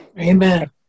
Amen